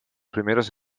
primeros